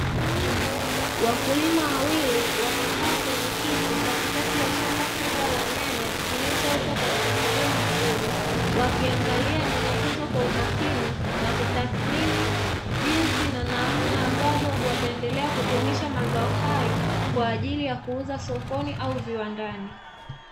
Wakulima wawili wamekaa kwenye kiti katikati ya shamba kubwa la nyanya zilizoota kwa mpangilio mzuri, wakiangalia nyanya hizo kwa umakini na kutathimini jinsi na namna ambavyo wataendelea kudumisha mazao hayo kwa ajili ya kuuza sokoni au viwandani.